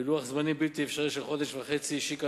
בלוח זמנים בלתי אפשרי של חודש וחצי השיקה